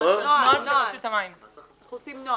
אנחנו עושים נוהל.